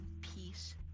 peace